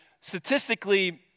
statistically